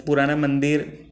पुराना मंदिर